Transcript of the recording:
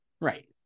Right